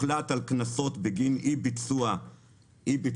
הוחלט על קנסות בגין אי ביצוע ההוראה.